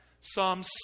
Psalm